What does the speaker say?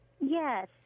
Yes